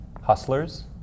Hustlers